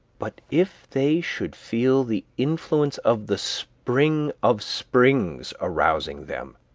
but if they should feel the influence of the spring of springs arousing them,